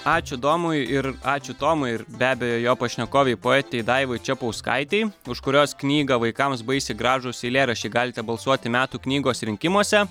ačiū domui ir ačiū tomui ir be abejo jo pašnekovei poetei daivai čepauskaitei už kurios knygą vaikams baisiai gražūs eilėraščiai galite balsuoti metų knygos rinkimuose